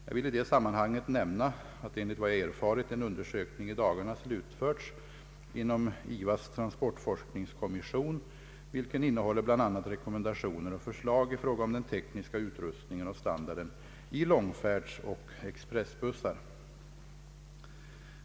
Jag vill i det sammanhanget nämna att — enligt vad jag erfarit — en undersökning i dagarna slutförts inom IVA:s transportforskningskommission, vilken innehåller bl.a. rekommendationer och förslag i fråga om den tekniska utrustningen och standarden i långfärdsoch expressbussar.